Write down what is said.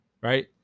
right